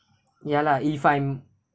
ya lah if I'm